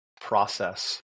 process